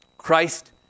Christ